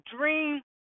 dream